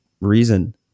reason